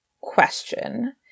question